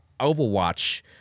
Overwatch